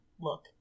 look